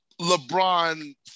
LeBron